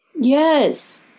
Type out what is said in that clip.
Yes